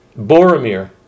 Boromir